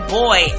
boy